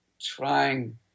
trying